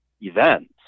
events